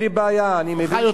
אצלנו זה מתחיל מגיל שלוש.